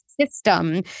system